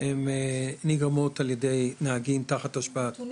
הן נגרמות ע"י נהגים תחת השפעת סמים